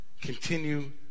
continue